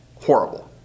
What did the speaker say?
horrible